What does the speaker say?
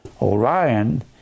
Orion